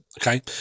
Okay